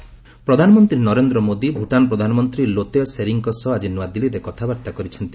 Bhutan PM ପ୍ରଧାନମନ୍ତ୍ରୀ ନରେନ୍ଦ ମୋଦି ଭୂଟାନ ପ୍ରଧାନମନ୍ତ୍ରୀ ଲୋତୟ ଶେରିଂଙ୍କ ସହ ଆକି ନୂଆଦିଲ୍ଲୀରେ କଥାବାର୍ତ୍ତା କରିଛନ୍ତି